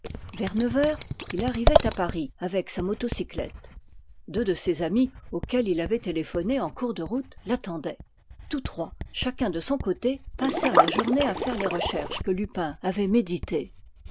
vers neuf heures il arrivait à paris avec sa motocyclette deux de ses amis auxquels il avait téléphoné en cours de route l'attendaient tous trois chacun de son côté passèrent la journée à faire les recherches que lupin avait méditées